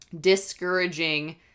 discouraging